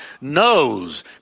knows